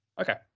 Okay